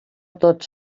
tots